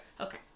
Okay